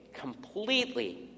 completely